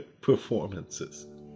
performances